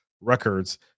records